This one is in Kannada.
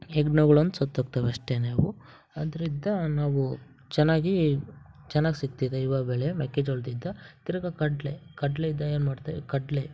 ಹೆಗ್ಣಗಳೊಂದ್ ಸತ್ತು ಹೋಗ್ತಾವೆ ಅಷ್ಟೇನೆ ಅವು ಅದ್ರಿಂದ ನಾವು ಚೆನ್ನಾಗಿ ಚೆನ್ನಾಗಿ ಸಿಗ್ತಿದೆ ಇವಾಗ ಬೆಳೆ ಮೆಕ್ಕೆಜೋಳದಿಂದ ತಿರ್ಗಿ ಕಡಲೆ ಕಡ್ಲೆಯಿದ್ದಾಗ ಏನು ಮಾಡ್ತೇವೆ ಕಡಲೆ